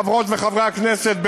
חברות וחברי הכנסת,